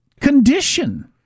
condition